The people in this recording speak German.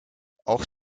auch